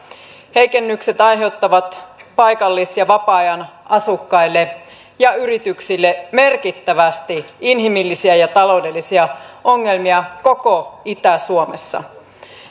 heikennykset aiheuttavat paikallis ja vapaa ajan asukkaille ja yrityksille merkittävästi inhimillisiä ja taloudellisia ongelmia koko itä suomessa